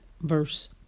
verse